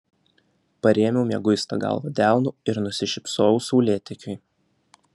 parėmiau mieguistą galvą delnu ir nusišypsojau saulėtekiui